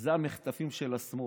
וזה המחטפים של השמאל.